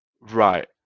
Right